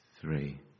three